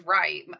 right